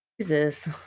Jesus